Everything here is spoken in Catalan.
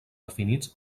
definits